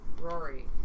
Rory